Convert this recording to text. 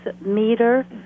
meter